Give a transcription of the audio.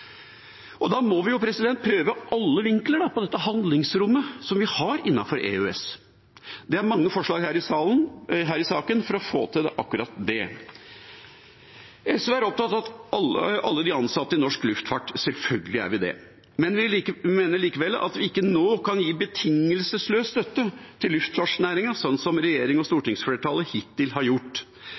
Da må vi prøve alle vinklinger i det handlingsrommet som vi har innenfor EØS. Det er mange forslag i denne saken for å få til akkurat det. SV er opptatt av alle de ansatte i norsk luftfart – sjølsagt er vi det – men vi mener likevel at vi ikke nå kan gi betingelsesløs støtte til luftfartsnæringen, slik som regjeringa og stortingsflertallet hittil har gjort.